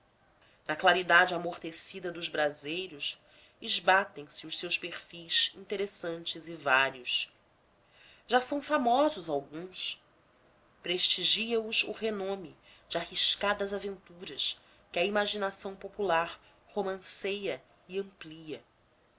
na claridade amortecida dos braseiros esbatem se os seus perfis interessantes e vários já são famosos alguns prestigia os o renome de arriscadas aventuras que a imaginação popular romanceia e amplia